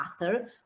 author